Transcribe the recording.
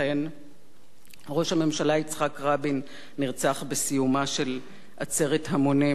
ראש הממשלה יצחק רבין נרצח בסיומה של עצרת המונים נגד אלימות.